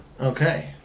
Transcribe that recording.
Okay